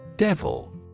Devil